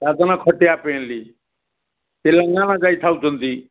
ଦାଦନ ଖଟିବା ପାଇଁ ଲି ତେଲେଙ୍ଗାନା ଯାଇ ଥାଉଛନ୍ତି